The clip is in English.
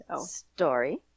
story